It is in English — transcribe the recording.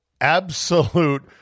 absolute